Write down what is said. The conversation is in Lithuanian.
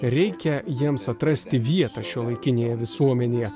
reikia jiems atrasti vietą šiuolaikinėje visuomenėje